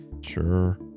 Sure